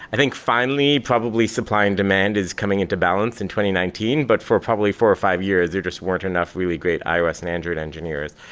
i think finally, probably supply and demand is coming into balance in nineteen, but for probably four or five years, there just weren't enough really great ios and android engineers.